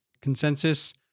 consensus